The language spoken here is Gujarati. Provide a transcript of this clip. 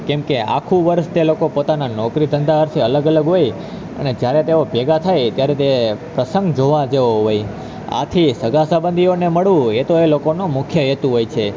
કેમકે આખું વરસ તે લોકો પોતાના નોકરી ધંધા અર્થે અલગ અલગ હોય અને જ્યારે તેઓ ભેગા થાય ત્યારે તે પ્રસંગ જોવા જેવો હોય આથી એ સગાસંબંધીઓને મળવું એતો એ લોકોનો મુખ્ય હેતુ હોય છે